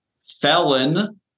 felon